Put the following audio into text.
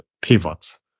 pivots